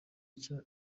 nshya